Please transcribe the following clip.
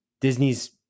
Disney's